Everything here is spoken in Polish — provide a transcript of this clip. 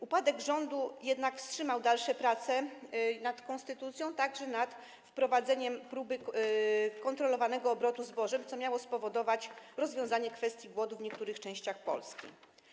Upadek rządu wstrzymał jednak dalsze prace nad konstytucją, a także nad wprowadzeniem kontrolowanego obrotu zbożem, co miało spowodować rozwiązanie kwestii głodu w niektórych częściach Polski.